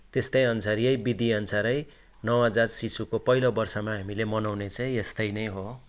त्यस्तै अनुसार यही विधि अनुसारै नवजात शिशुको पहिलो वर्षमा हामीले मनाउने चाहिँ यस्तै नै हो